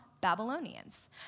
Babylonians